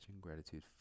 gratitude